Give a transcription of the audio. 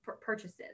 purchases